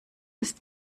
ist